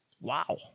wow